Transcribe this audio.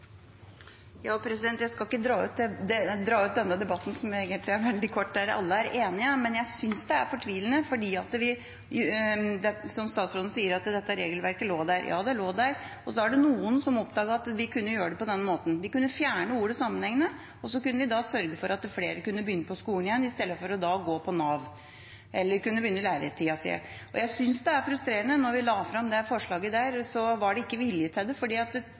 Jeg skal ikke dra ut denne debatten, som egentlig er veldig kort, og der alle er enige, men jeg synes det er fortvilende, det statsråden sier om at regelverket lå der. Ja, det lå der, og så var det noen som oppdaget at de kunne gjøre det på den måten at de kunne fjerne ordet «sammenhengende» og slik sørget for at flere kunne begynne på skolen igjen eller begynne læretida si i stedet for å gå på Nav. Jeg synes det er frustrerende at da vi la fram det forslaget, var det ikke vilje til det, for det var tydeligvis en taktikk i det at